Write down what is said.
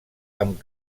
amb